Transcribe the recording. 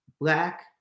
black